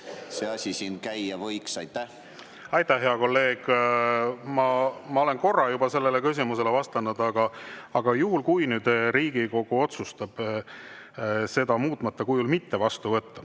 see asi siin käia võiks? Aitäh, hea kolleeg! Ma olen korra juba sellele küsimusele vastanud. Juhul kui Riigikogu otsustab seda muutmata kujul mitte vastu võtta,